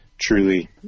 Truly